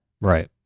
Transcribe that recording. right